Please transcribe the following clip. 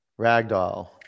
ragdoll